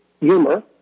humor